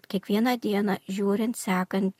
kiekvieną dieną žiūrint sekant